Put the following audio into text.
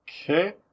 okay